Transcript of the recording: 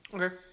Okay